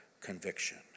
conviction